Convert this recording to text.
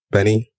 Benny